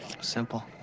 Simple